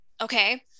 Okay